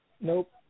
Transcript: Nope